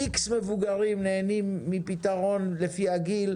X מבוגרים נהנים מפתרון לפי הגיל.